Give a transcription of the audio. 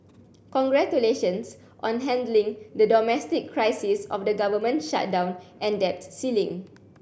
congratulations on handling the domestic crisis of the government shutdown and debt ceiling